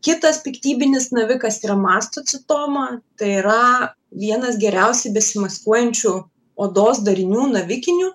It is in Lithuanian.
kitas piktybinis navikas yra mastocitoma tai yra vienas geriausiai besimaskuojančių odos darinių navikinių